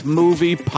movie